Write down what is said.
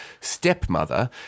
stepmother